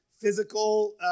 physical